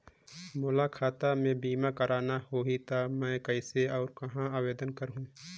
मोला खाता मे बीमा करना होहि ता मैं कइसे और कहां आवेदन करहूं?